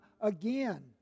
again